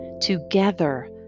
Together